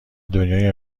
دنیای